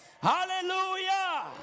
Hallelujah